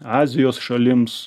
azijos šalims